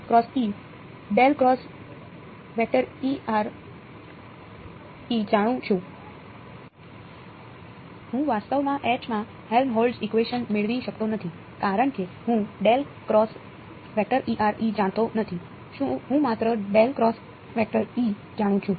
જોકે હું જાણું છું હું વાસ્તવમાં માં હેલ્મહોલ્ટ્ઝ ઇકવેશન મેળવી શકતો નથી કારણ કે હું જાણતો નથી હું માત્ર જાણું છું